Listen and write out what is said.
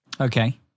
Okay